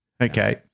Okay